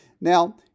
Now